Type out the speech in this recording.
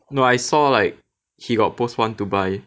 no I saw like he got post want to buy